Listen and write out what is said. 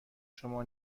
شما